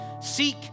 seek